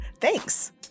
Thanks